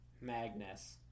Magnus